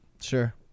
Sure